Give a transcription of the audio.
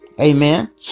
Amen